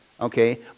okay